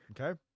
Okay